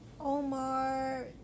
Omar